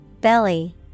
Belly